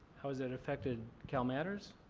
how has that affected calmatters?